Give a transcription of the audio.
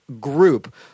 group